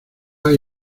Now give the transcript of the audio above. hay